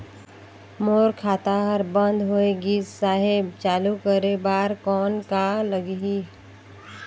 मोर खाता हर बंद होय गिस साहेब चालू करे बार कौन का लगही?